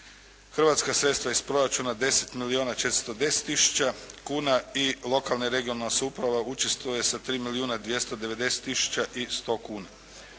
Hrvatska sredstva iz proračuna 10 milijuna 410 tisuća kuna i lokalna i regionalna samouprava učestvuje sa 3 milijuna 290 tisuća i 100 kuna.